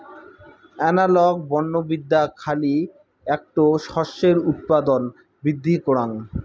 analogue বনবিদ্যা খালি এ্যাকটো শস্যের উৎপাদন বৃদ্ধি করাং